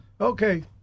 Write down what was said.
Okay